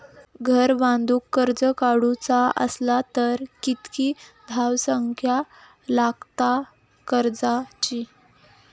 घर बांधूक कर्ज काढूचा असला तर किती धावसंख्या लागता कर्जाची?